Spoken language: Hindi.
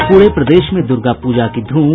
और पूरे प्रदेश में दूर्गा पूजा की धूम